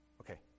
okay